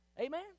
Amen